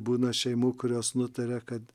būna šeimų kurios nutaria kad